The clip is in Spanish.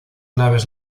naves